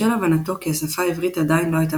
בשל הבנתו כי השפה העברית עדיין לא הייתה